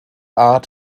art